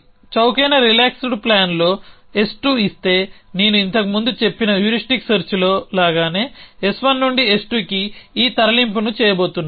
చౌకైన రిలాక్స్డ్ ప్లాన్లో S2 ఇస్తే నేను ఇంతకు ముందు చెప్పిన హ్యూరిస్టిక్ సెర్చ్లో లాగానే S1 నుండి S2కి ఈ తరలింపుని చేయబోతున్నాను